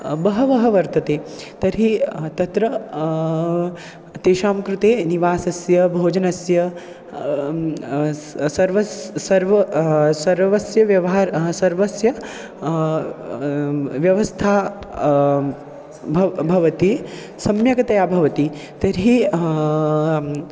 बहवः वर्तते तर्हि तत्र तेषां कृते निवासस्य भोजनस्य सर्वस्य सर्वं सर्वस्य व्यवहारः सर्वस्य व्यवस्था भवति भवति सम्यक्तया भवति तर्हि